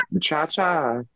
Cha-cha